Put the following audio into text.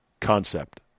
concept